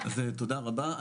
אז תודה רבה.